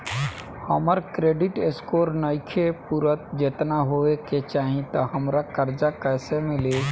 हमार credit score नईखे पूरत जेतना होए के चाही त हमरा कर्जा कैसे मिली?